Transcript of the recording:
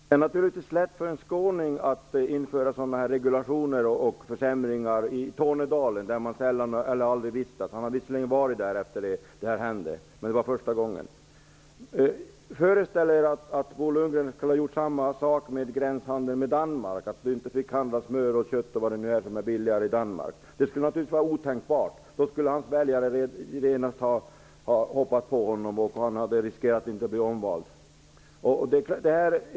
Herr talman! Det är naturligtvis lätt för en skåning att införa regleringar och försämringar i Tornedalen, där man sällan eller aldrig vistats. Carl Fredrik Graf har visserligen varit där efter det att detta hände, men det var första gången. Föreställ er att Bo Lundgren skulle ha gjort samma sak med gränshandeln med Danmark och bestämt att man inte fick handla t.ex. smör och kött, som är billigare i Danmark. Det skulle naturligtvis vara otänkbart. Då skulle hans väljare genast ha hoppat på honom, och han hade riskerat att inte bli omvald.